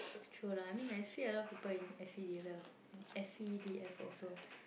true lah I mean I see a lot of people in S_C_D_F uh S_C_D_F also